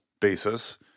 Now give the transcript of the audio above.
basis